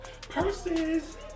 Purses